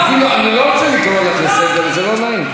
חברת הכנסת שולי מועלם, אנא ממך.